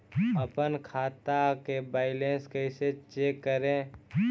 अपन खाता के बैलेंस कैसे चेक करे?